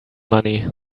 money